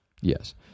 yes